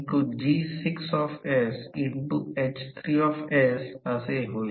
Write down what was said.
तर अशा प्रकारे B H लूप पूर्ण होईल